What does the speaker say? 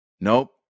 Nope